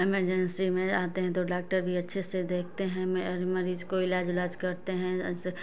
emergency में आते हैं तो डाक्टर भी अच्छे से देखते हैं हर मरीज को इलाज़ उलाज करते हैं ऐसे